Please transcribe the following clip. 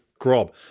Grob